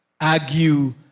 argue